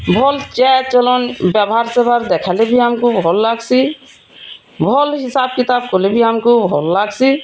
ଭଲ୍ ଚାଏଲ୍ ଚଲନ୍ ବ୍ୟବହାର୍ ସ୍ୱଭାବ୍ ଦେଖାଲେ ବି ଆମ୍କୁ ଭଲ୍ ଲାଗ୍ସି ଭଲ୍ ହିସାବ୍ କିତାବ୍ କଲେ ବି ଆମ୍କୁ ଭଲ୍ ଲାଗ୍ସି